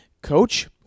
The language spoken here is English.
Coach